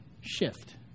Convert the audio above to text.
shift